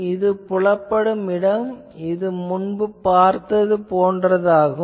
இந்த புலப்படும் இடம் முன்பு பார்த்தது போன்றதாகும்